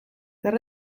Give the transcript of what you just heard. zer